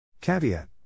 Caveat